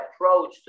approach